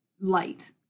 light